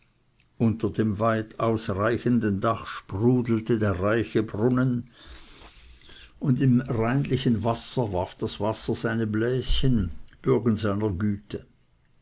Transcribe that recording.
unter dem weit ausreichenden dache sprudelte der reiche brunnen und im reinlichen troge warf das wasser seine bläschen bürgen seiner güte